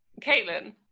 Caitlin